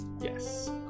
Yes